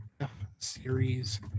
F-Series